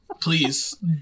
Please